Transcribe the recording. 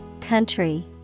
country